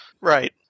right